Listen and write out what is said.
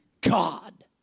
God